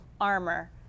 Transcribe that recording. armor